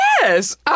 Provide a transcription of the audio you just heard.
yes